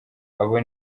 abo